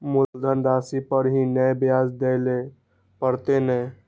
मुलधन राशि पर ही नै ब्याज दै लै परतें ने?